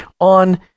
on